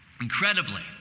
Incredibly